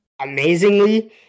amazingly